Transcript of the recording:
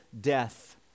death